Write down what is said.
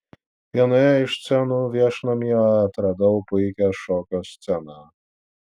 vienoje iš scenų viešnamyje atradau puikią šokio sceną